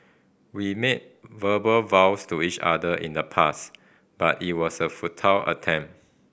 we made verbal vows to each other in the past but it was a futile attempt